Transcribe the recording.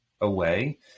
away